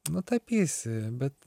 nutapysi bet